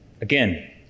Again